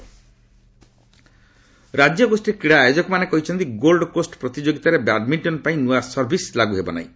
badminton ରାଜ୍ୟଗୋଷ୍ଠୀ କ୍ରୀଡ଼ା ଆୟୋଜକମାନେ କହିଛନ୍ତି ଗୋଲ୍ଡ କୋଷ୍ଠ ପ୍ରତିଯୋଗିତାରେ ବ୍ୟାଡମିଣ୍ଟନ ପାଇଁ ନୂଆ ସର୍ଭିସ୍ ଲାଗୁ ହେବନାହିଁ